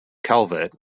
calvert